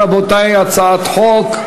רבותי, הצעת חוק,